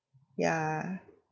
yeah